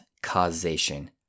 causation